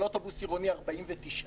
על אוטובוס עירוני 49,